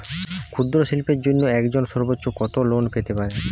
ক্ষুদ্রশিল্পের জন্য একজন সর্বোচ্চ কত লোন পেতে পারে?